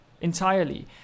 entirely